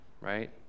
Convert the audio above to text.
right